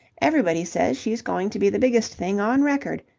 everybody says she's going to be the biggest thing on record.